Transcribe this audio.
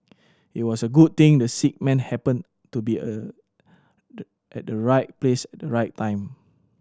it was a good thing the sick man happened to be a at the right place at the right time